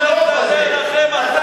ואם לא מוצא חן בעיניך, תעוף מכאן, תאמין לי.